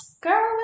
Girl